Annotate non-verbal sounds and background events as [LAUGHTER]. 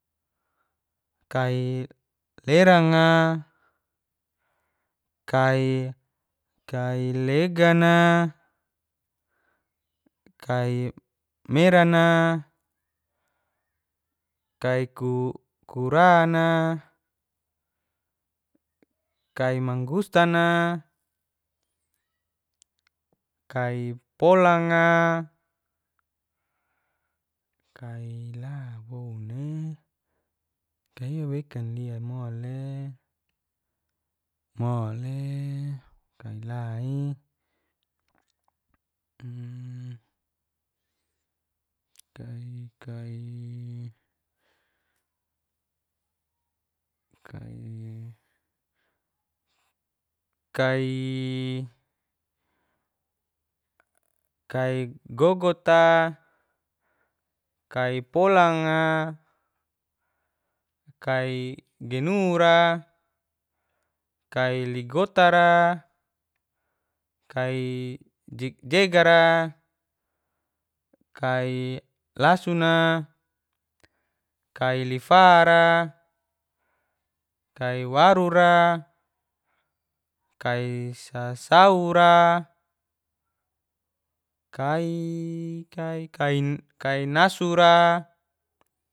Kai leranga, kai legana, kai merana, [UNINTELLIGIBLE] kai kurana, kai mangustana, kai polanga, kai la woun ne [HESITATION] kai iwa wekan lia mole kai lai [HESITATION] kai gogota, kai pola'nga, kai genura, kai ligotara, kai jegjegara, kai lasuna, kai lifara, kai warura, kai sasaura, [HESITATION] kai nasura.